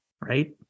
Right